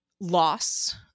loss